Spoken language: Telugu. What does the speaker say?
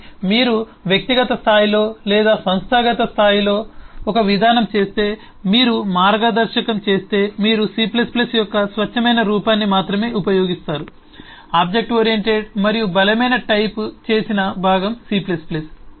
కానీ మీరు మీ వ్యక్తిగత స్థాయిలో లేదా సంస్థాగత స్థాయిలో ఒక విధానం చేస్తే మీరు మార్గదర్శకం చేస్తే మీరు C యొక్క స్వచ్ఛమైన రూపాన్ని మాత్రమే ఉపయోగిస్తారు ఆబ్జెక్ట్ ఓరియెంటెడ్ మరియు బలమైన టైప్ చేసిన భాగం C